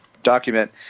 document